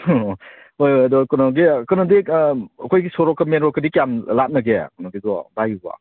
ꯑꯣ ꯍꯣꯏ ꯍꯣꯏ ꯑꯗꯣ ꯀꯩꯅꯣꯒꯤ ꯑꯩꯅꯣꯗꯤ ꯑꯩꯈꯣꯏꯒꯤ ꯁꯣꯔꯣꯛꯀ ꯃꯦꯟ ꯔꯣꯗꯀꯗꯤ ꯀꯌꯥꯝ ꯂꯥꯞꯅꯒꯦ ꯅꯣꯏꯒꯤꯗꯣ ꯕꯥꯏꯒꯤꯗꯣ